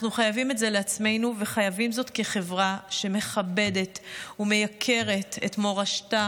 אנחנו חייבים את זה לעצמנו וחייבים זאת כחברה שמכבדת ומוקירה את מורשתה